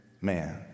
man